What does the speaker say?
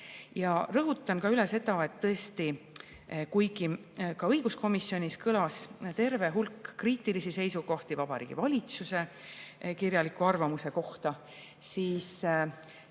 Rõhutan veel seda, et tõesti, kuigi ka õiguskomisjonis kõlas terve hulk kriitilisi seisukohti Vabariigi Valitsuse kirjaliku arvamuse kohta, siis